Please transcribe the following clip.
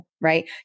right